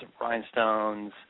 rhinestones